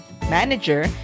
Manager